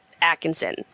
Atkinson